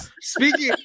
Speaking